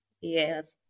Yes